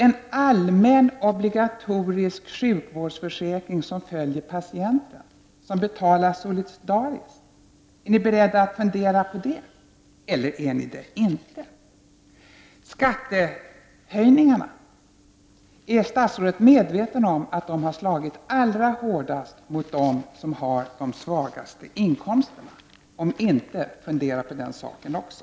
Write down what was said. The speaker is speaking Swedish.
En allmän obligatorisk sjukförsäkring som följer patienten och som betalas solidariskt, är ni beredda att fundera på det eller är ni det inte? Skattehöjningarna: Är statsrådet omedveten om att de har slagit allra hårdast mot dem som har de lägsta inkomsterna? Om inte, fundera på den saken också!